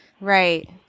Right